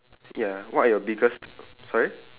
ya what are your biggest sorry